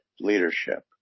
leadership